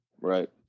Right